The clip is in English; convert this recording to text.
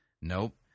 Nope